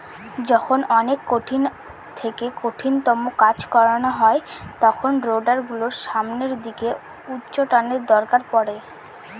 যখন অনেক কঠিন থেকে কঠিনতম কাজ করানো হয় তখন রোডার গুলোর সামনের দিকে উচ্চটানের দরকার পড়ে